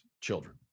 children